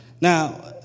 Now